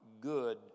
good